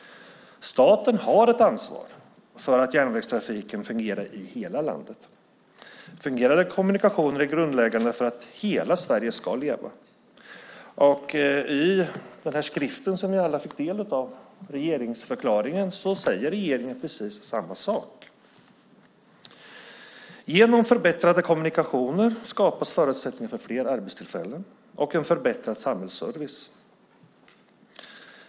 Staten har ett ansvar för att järnvägstrafiken fungerar i hela landet. Fungerande kommunikation är grundläggande för att hela Sverige ska leva. I den skrift som vi alla har fått del av - regeringsförklaringen - säger regeringen precis samma sak. Genom förbättrade kommunikationer skapas förutsättningar för fler arbetstillfällen och en förbättrad samhällsservice.